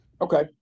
Okay